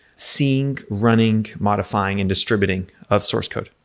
seeing, running, modifying and distributing of source code.